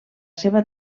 seva